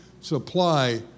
supply